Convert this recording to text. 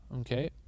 okay